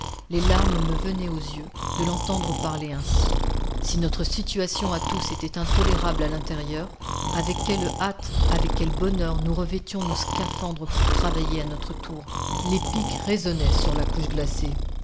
les larmes me venaient aux yeux de l'entendre parler ainsi si notre situation à tous était intolérable à l'intérieur avec quelle hâte avec quel bonheur nous revêtions nos scaphandres pour travailler à notre tour les pics résonnaient sur la couche glacée